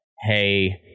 hey